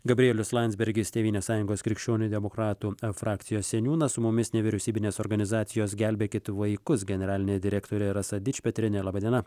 gabrielius landsbergis tėvynės sąjungos krikščionių demokratų frakcijos seniūnas su mumis nevyriausybinės organizacijos gelbėkit vaikus generalinė direktorė rasa dičpetrienė laba diena